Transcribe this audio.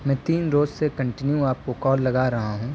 میں تین روز سے کنٹینیو آپ کو کال لگا رہا ہوں